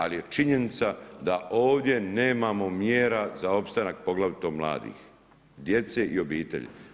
Ali je činjenica da ovdje nemamo mjera za opstanak poglavito mladih, djece i obitelji.